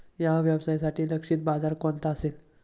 या व्यवसायासाठी लक्षित बाजार कोणता असेल?